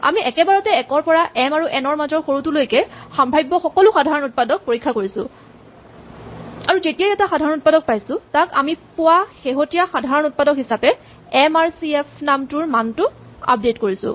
আমি একেবাৰতে ১ ৰ পৰা এম আৰু এন ৰ মাজৰ সৰুটোলৈকে সাম্ভাৱ্য সকলো সাধাৰণ উৎপাদক পৰীক্ষা কৰিছো আৰু যেতিয়াই এটা সাধাৰণ উৎপাদক পাইছো তাক আমি পোৱা শেহতীয়া সাধাৰণ উৎপাদক হিচাপে এম আৰ চি এফ নামটোৰ মানটো আপডেট কৰিছো